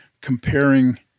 comparing